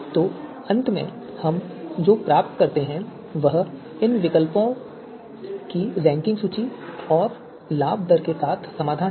तो अंत में हम जो प्राप्त करते हैं वह विकल्पों की रैंकिंग सूची और लाभ दर के साथ समाधान है